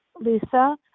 Lisa